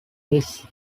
its